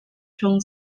rhwng